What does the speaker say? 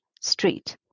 street